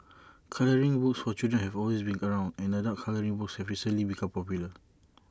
colouring books for children have always been around and adult colouring books have recently become popular